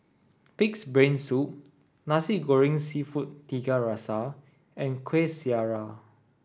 pig's brain soup Nasi Goreng Seafood Tiga Rasa and Kuih Syara